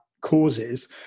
causes